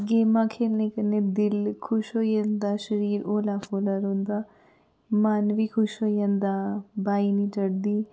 गेमां खेलने कन्नै दिल खुश होई जंदा शरीर होला फोला रौंह्दा मन बी खुश होई जंदा बाई नि चढ़दी